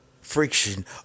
friction